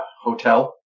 hotel